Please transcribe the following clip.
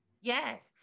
Yes